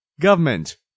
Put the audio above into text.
government